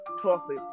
trophy